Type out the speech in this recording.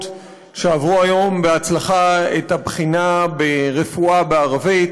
שעברו היום בהצלחה את הבחינה ברפואה בערבית.